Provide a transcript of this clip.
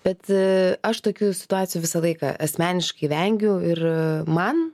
bet aš tokių situacijų visą laiką asmeniškai vengiu ir man